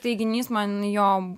teiginys man jo